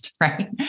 right